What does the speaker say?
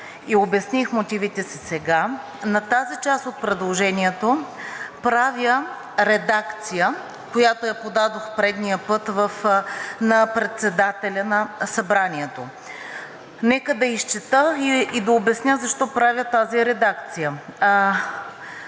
и обясних мотивите си, сега на тази част от предложението правя редакция, която подадох предния път на председателя на Събранието. Нека да я изчета и да обясня защо правя тази редакция.